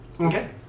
Okay